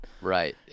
right